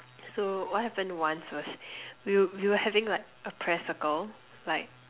so what happened once was we were we were having like a prayer circle like